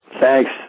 Thanks